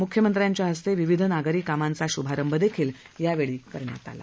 मुख्यमंत्र्यांच्या हस्ते विविध नागरी कामांचा शुभारंभ देखील यावेळी करण्यात आला